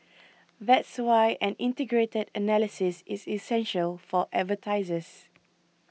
that's why an integrated analysis is essential for advertisers